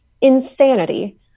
insanity